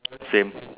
same